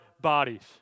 bodies